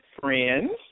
Friends